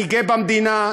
אני גאה במדינה,